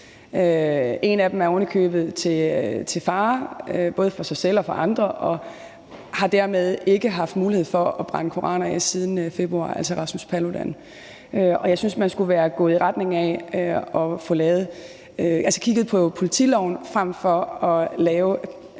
Paludan, er ovenikøbet til fare både for sig selv og for andre og har dermed ikke haft mulighed for at brænde koraner af siden februar. Og jeg synes, man skulle være gået i retning af at få kigget på politiloven frem for at lave